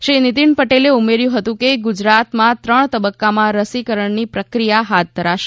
શ્રી નિતીન પટેલે ઉમેર્યું હતું કે ગુજરાતમાં ત્રણ તબક્કામાં રસીકરણની પ્રક્રિયા હાથ ધરાશે